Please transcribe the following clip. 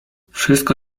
wszystko